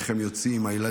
איך הם יוצאים עם הילדים,